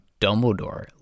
Dumbledore